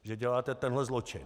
Že děláte tenhle zločin.